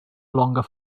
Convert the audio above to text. longer